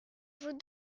vous